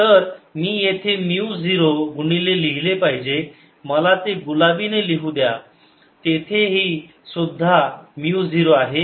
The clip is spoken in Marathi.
तर मी येथे म्यु 0 गुणिले लिहिले पाहिजे मला ते गुलाबी ने लिहू द्या तेथेही सुद्धा म्यु 0 आहे